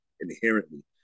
inherently